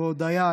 והודיה,